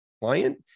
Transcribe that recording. client